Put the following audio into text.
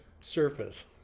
surface